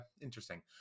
interesting